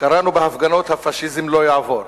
קראנו בהפגנות: "הפאשיזם לא יעבור",